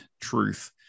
truth